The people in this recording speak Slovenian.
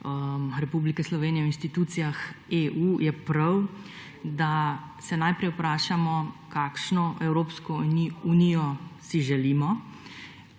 Republike Slovenije v institucijah EU, je prav, da se najprej vprašamo, kakšno Evropsko unijo si želimo,